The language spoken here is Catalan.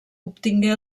obtingué